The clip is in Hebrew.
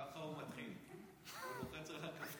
ככה הוא מתחיל, הוא לוחץ על הכפתור.